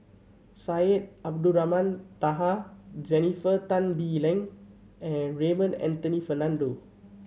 Syed Abdulrahman Taha Jennifer Tan Bee Leng and Raymond Anthony Fernando